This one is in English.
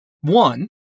One